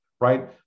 right